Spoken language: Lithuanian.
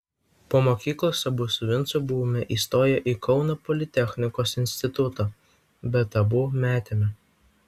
po mokyklos abu su vincu buvome įstoję į kauno politechnikos institutą bet abu metėme